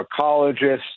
pharmacologists